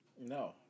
No